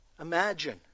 imagine